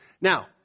Now